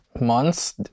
months